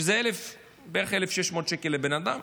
שזה בערך 1,600 לבן אדם,